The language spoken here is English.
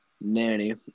nanny